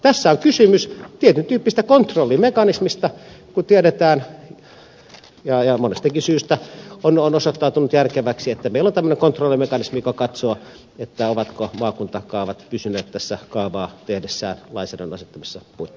tässä on kysymys tietyn tyyppisestä kontrollimekanismista kun tiedetään ja monestakin syystä on osoittautunut järkeväksi että meillä on tämmöinen kontrollimekanismi joka katsoo ovatko maakuntakaavat pysyneet tässä kaavaa tehdessään lainsäädännön asettamissa puitteissa